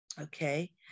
Okay